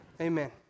Amen